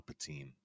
Palpatine